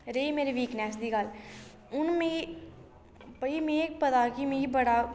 रेही मेरी वीकनेस दी गल्ल हून में भाई में पता कि मिगी बड़ा